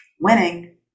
Winning